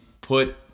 put